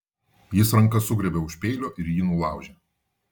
jis ranka sugriebė už peilio ir jį nulaužė